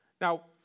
Now